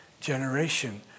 generation